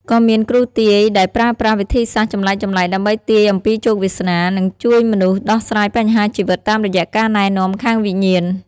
ក៏មាន គ្រូទាយ ដែលប្រើប្រាស់វិធីសាស្ត្រចម្លែកៗដើម្បីទាយអំពីជោគវាសនា និងជួយមនុស្សដោះស្រាយបញ្ហាជីវិតតាមរយៈការណែនាំខាងវិញ្ញាណ។